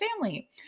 family